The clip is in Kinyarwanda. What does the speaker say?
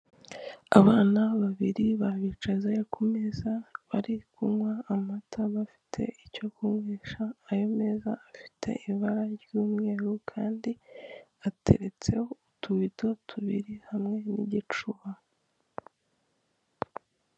Abana babiri babicaje ku meza bari kunywa amata bafite icyo kunywesha, ayo meza afite ibara ry'umweru kandi ateretseho utubito tubiri hamwe n'igicuba.